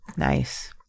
Nice